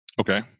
Okay